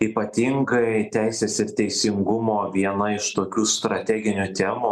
ypatingai teisės ir teisingumo viena iš tokių strateginių temų